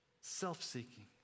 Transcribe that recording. self-seeking